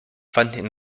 fanden